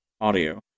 audio